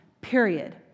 period